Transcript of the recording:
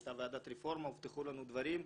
הייתה ועדת רפורמה, הובטחו לנו דברים,